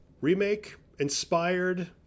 remake-inspired